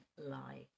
lie